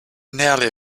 nearly